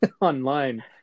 online